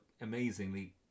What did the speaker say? amazingly